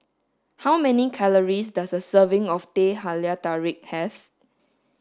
how many calories does a serving of Teh Halia Tarik have